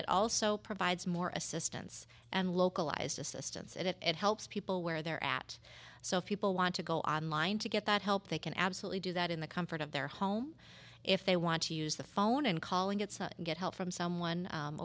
it also provides more assistance and localized assistance and it helps people where they're at so if people want to go online to get that help they can absolutely do that in the comfort of their home if they want to use the phone and calling it such and get help from someone